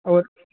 और